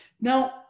Now